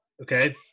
Okay